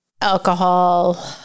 alcohol